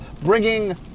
bringing